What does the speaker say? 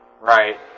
Right